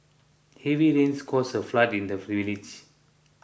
heavy rains caused a flood in the village